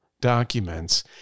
documents